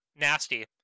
nasty